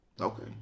okay